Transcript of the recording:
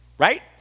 Right